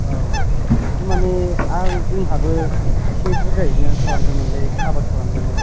औ तारमाने आं जोंहाबो इसे बुरजायैनो खालामदोंमोनलै आबाद खालामदोंमोन